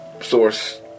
source